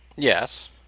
Yes